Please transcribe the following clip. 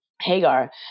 Hagar